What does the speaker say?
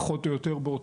פחות או יותר,